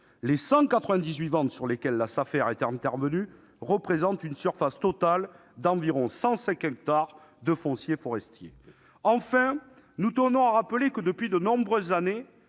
Les 198 ventes sur lesquelles la Safer est intervenue représentent une surface totale d'environ 105 hectares de foncier forestier. Enfin, nous tenons à rappeler que, depuis de nombreuses années,